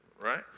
Right